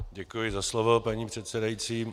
Děkuji za slovo, paní předsedající.